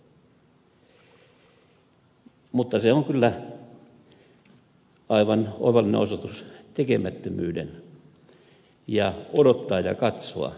mutta se on kyllä aivan oivallinen osoitus tekemättömyyden ja odottaa ja katsoa linjan julistuksesta